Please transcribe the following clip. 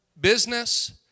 business